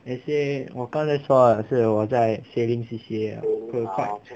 那些我刚才说了是我在 sailing C_C_A 就 quite